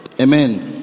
Amen